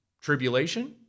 Tribulation